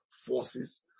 forces